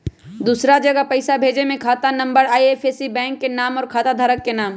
दूसरा जगह पईसा भेजे में खाता नं, आई.एफ.एस.सी, बैंक के नाम, और खाता धारक के नाम?